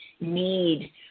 need